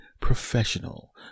professional